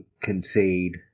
Concede